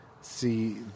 see